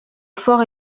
fort